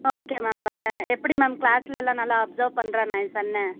okay ma'am வரேன் எப்படி ma'am கிளாஸ்லேலாம் நல்ல அப்ஸர்வ் பண்ணுறானா என் சன்னு